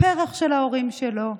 פרח של ההורים שלו,